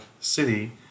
city